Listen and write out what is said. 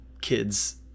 kids